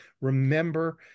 Remember